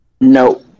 No